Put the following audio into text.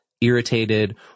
irritated